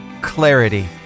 clarity